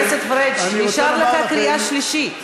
חבר הכנסת פריג', נשארה לך קריאה שלישית.